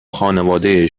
خانواده